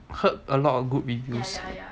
heard a lot of good reviews